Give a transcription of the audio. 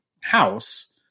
house